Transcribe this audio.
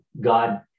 God